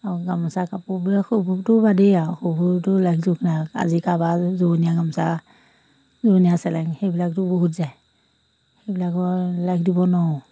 আৰু গামোচা কাপোৰবিলাক সেইবোৰটো বাদেই আৰু সেইবোৰতো লেখ জুখ নাই আজি কাৰোবাৰ জোৰনীয়া গামোচা জোৰনীয়া চেলেং সেইবিলাকতো বহুত যায় সেইবিলাকৰ লেখ দিব নোৱাৰোঁ